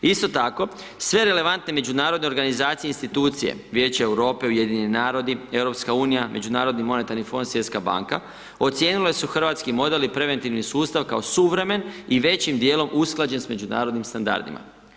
Isto tako, sve relevantne međunarodne organizacije i institucije, Vijeće Europe, Ujedinjeni Narodi, EU, Međunarodni monetarni fond, Svjetska banka, ocjenjive su hrvatski model i preventivni sustav kao suvremen i većim dijelom usklađen sa međunarodnim standardima.